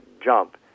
jump